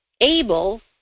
able